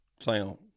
sound